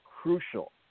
crucial